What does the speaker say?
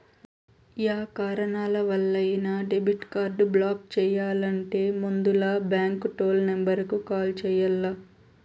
yeah కారణాలవల్లైనా debit card block చెయ్యాలంటే ముందల బాంకు టోల్ నెంబరుకు కాల్ చెయ్యాల్ల